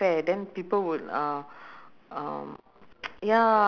ah wanton noodle you must get the right